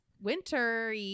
winter